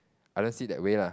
I don't see it that way lah